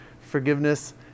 Forgiveness